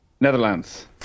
Netherlands